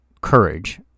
courage